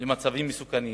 למצבים מסוכנים,